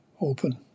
open